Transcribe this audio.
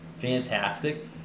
Fantastic